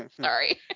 Sorry